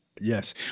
Yes